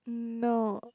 mm no